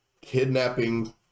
kidnapping